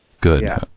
Good